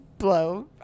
blow